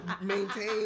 maintain